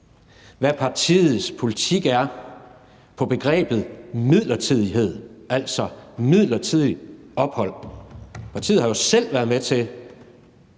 hvad partiets politik er på begrebet midlertidighed, altså, midlertidige ophold. Partiet har jo selv været med til